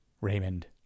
Raymond